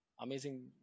amazing